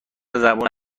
زبون